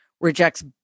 rejects